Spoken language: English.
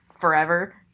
forever